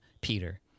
Peter